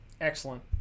Excellent